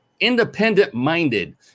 independent-minded